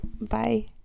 Bye